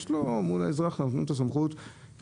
יש לו סמכות מול האזרח,